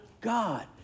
God